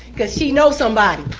cause she knows somebody.